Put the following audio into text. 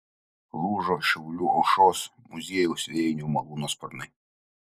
lūžo šiaulių aušros muziejaus vėjinio malūno sparnai